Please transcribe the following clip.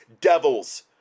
devils